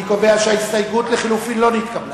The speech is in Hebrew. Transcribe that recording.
אני קובע שההסתייגות לחלופין לא נתקבלה.